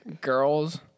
girls